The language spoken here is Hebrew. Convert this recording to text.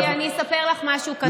אני אספר לך משהו קטן.